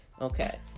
Okay